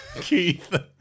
Keith